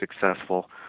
successful